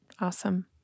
Awesome